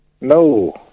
No